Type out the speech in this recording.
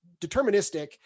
deterministic